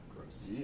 Gross